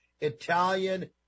Italian